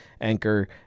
Anchor